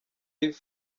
live